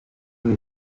buri